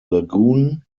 lagoon